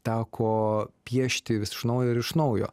teko piešti vis iš naujo ir iš naujo